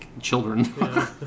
children